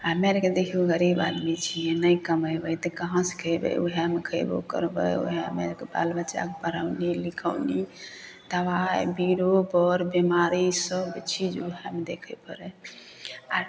हमे आरके देखियौ गरीब आदमी छियै नहि कमेबै तऽ कहाँ से खयबै वएहमे खयबो करबै वएहमे बाल बच्चाके पढ़ौनी लिखौनी दबाइ बीरो बर बेमाड़ी सब चीज वएहमे देखे परै आर